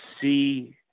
see